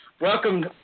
Welcome